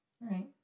right